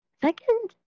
second